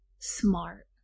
smart